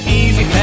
easy